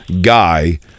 guy